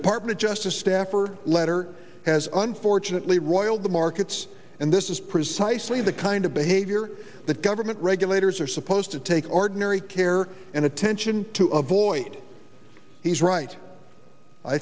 department just a staffer letter has unfortunately roiled the markets and this is precisely the kind of behavior that government regulators are supposed to take ordinary care and attention to avoid he's right i